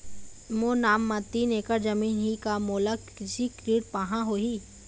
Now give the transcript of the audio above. मोर नाम म तीन एकड़ जमीन ही का मोला कृषि ऋण पाहां होही?